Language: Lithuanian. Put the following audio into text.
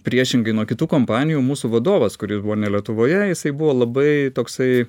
priešingai nuo kitų kompanijų mūsų vadovas kuris buvo ne lietuvoje jisai buvo labai toksai